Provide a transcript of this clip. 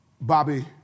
Bobby